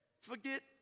Forget